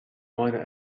minor